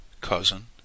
Cousin